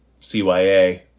CYA